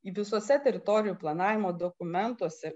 visuose teritorijų planavimo dokumentuose